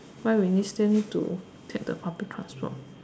why we need still need to take the public transport